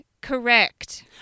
correct